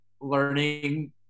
learning